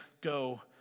go